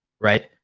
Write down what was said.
right